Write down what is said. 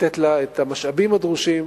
לתת לה את המשאבים הדרושים